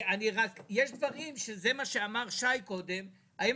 רק יש דברים שזה מה שאמר שי קודם: האם